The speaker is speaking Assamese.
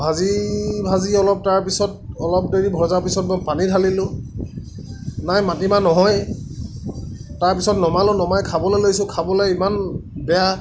ভাজি ভাজি অলপ তাৰ পিছত অলপ দেৰি ভজাৰ পিছত মই পানী ধালিলোঁ নাই মাটিমাহ নহয়েই তাৰপিছত নমালোঁ খাবলৈ লইছোঁ খাবলৈ ইমান বেয়া